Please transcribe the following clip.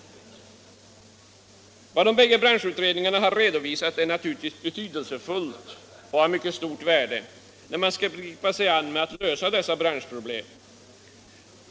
Vad de bägge branschutredningarna har att redovisa är naturligtvis betydelsefullt och av mycket stort värde när man skall gripa sig an med att lösa dessa branschproblem.